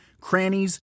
crannies